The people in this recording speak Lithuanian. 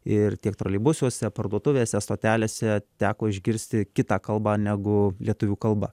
ir tiek troleibusuose parduotuvėse stotelėse teko išgirsti kitą kalbą negu lietuvių kalba